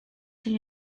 chi